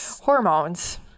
hormones